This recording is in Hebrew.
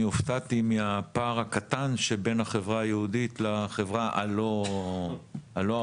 הופתעתי מהפער הקטן בין החברה היהודית לחברה הלא ערבית.